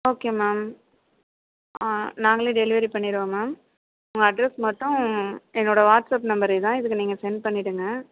okay ma'am ஆ நாங்களே delivery பண்ணிவிடுவோம் மேம் உங்கள் அட்ரஸ் மட்டும் என்னோடய வாட்ஸ்அப் நம்பர் இதுதான் இதுக்கு நீங்கள் செண்ட் பண்ணிவிடுங்க